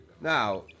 Now